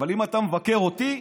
אבל אם אתה מבקר אותי,